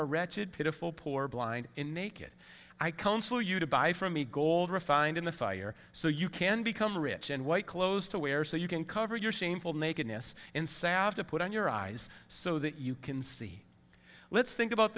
are wretched pitiful poor blind in naked i counsel you to buy from me gold refined in the fire so you can become rich and white clothes to wear so you can cover your shameful nakedness insaf to put on your eyes so that you can see let's think about